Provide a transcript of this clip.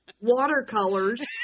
Watercolors